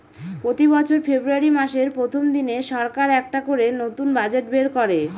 প্রতি বছর ফেব্রুয়ারী মাসের প্রথম দিনে সরকার একটা করে নতুন বাজেট বের করে